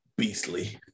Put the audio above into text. Beastly